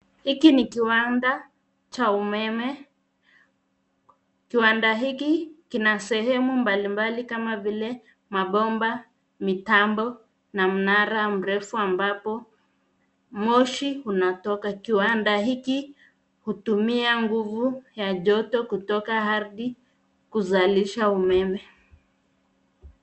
Hiki ni kiwanda cha umeme. Kiwanda hiki kina sehemu mbalimbali kama vile mabomba, mitambo na mnara mrefu ambapo moshi unatoka. Kiwanda hiki hutumia nguvu ya joto kutoka ardhi kuzalisha umeme.